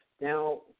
Now